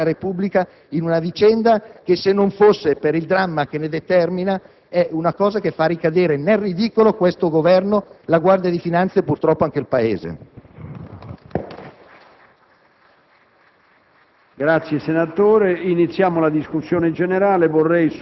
dilettanti una cosa così delicata, coinvolgendo anche il Presidente della Repubblica in una vicenda che, se non fosse per il dramma che ne determina, fa cadere nel ridicolo questo Governo, la Guardia di finanza e, purtroppo, anche il Paese.